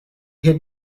had